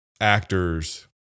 actors